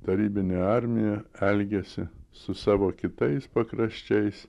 tarybinė armija elgėsi su savo kitais pakraščiais